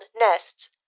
nests